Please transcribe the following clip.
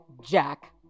Jack